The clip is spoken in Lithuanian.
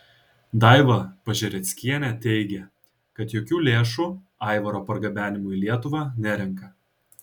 daiva pažereckienė teigė kad jokių lėšų aivaro pargabenimui į lietuvą nerenka